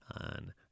on